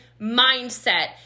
mindset